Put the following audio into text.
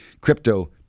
crypto